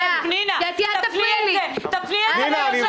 גברתי, אל תפריעי לי כרגע.